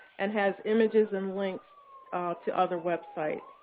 and has images and links to other websites.